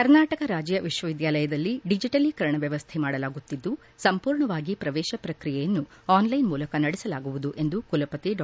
ಕರ್ನಾಟಕ ರಾಜ್ಯ ವಿಶ್ವವಿದ್ಯಾಲಯದಲ್ಲಿ ಡಿಜಿಟಲೀಕರಣ ವ್ಯವಸ್ಥೆ ಮಾಡಲಾಗುತ್ತಿದ್ದು ಸಂಪೂರ್ಣವಾಗಿ ಪ್ರವೇಶ ಪ್ರಕ್ರಿಯೆಯನ್ನು ಆನ್ಲೈನ್ ಮೂಲಕ ನಡೆಸಲಾಗುವುದು ಎಂದು ಕುಲಪತಿ ಡಾ